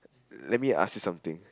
let me ask you something